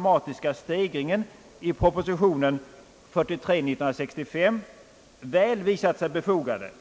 befogade, som han i propositionen 43/ 19665 uttalade för den automatiska stegringen.